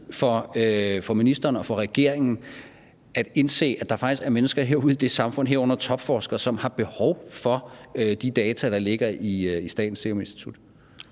for ministeren og for regeringen at indse, at der faktisk er mennesker ude i samfundet, herunder topforskere, som har behov for de data, der ligger i Statens Serum Institut?